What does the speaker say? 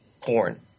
porn